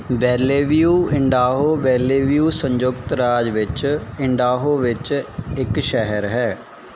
Bellevue Idaho Bellevue ਸੰਯੁਕਤ ਰਾਜ ਵਿੱਚ ਇੰਡਾਹੋ ਵਿੱਚ ਇੱਕ ਸ਼ਹਿਰ ਹੈ